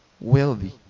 wealthy